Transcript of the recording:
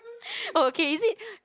oh okay is it